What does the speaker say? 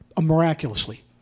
miraculously